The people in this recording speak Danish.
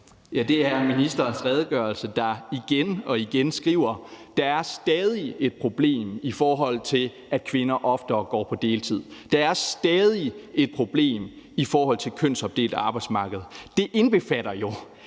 Det er ministerens redegørelse, hvori der igen og igen står, at der stadig er et problem, i forhold til at kvinder oftere går på deltid, og at der stadig er et problem i forhold til det kønsopdelte arbejdsmarked. Det indbefatter jo,